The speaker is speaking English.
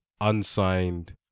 unsigned